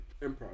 Improv